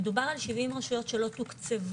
מדובר על 70 רשויות שלא תוקצבו,